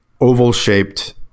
oval-shaped